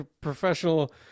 professional